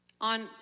On